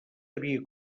havia